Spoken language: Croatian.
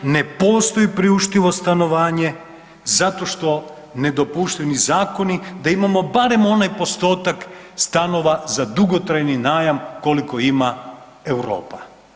Ne postoji priuštivo stanovanje zato što nedopušteni zakoni da imamo barem onaj postotak stanova za dugotrajni najam koliko ima Europa.